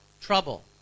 trouble